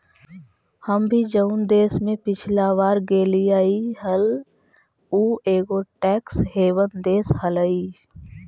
हम भी जऊन देश में पिछला बार गेलीअई हल ऊ एगो टैक्स हेवन देश हलई